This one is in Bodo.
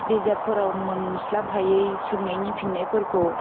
बिजाबफोराव मोनस्लाब हायै सोंनायनि फिन्नायफोरखौ